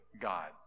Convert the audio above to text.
God